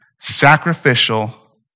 sacrificial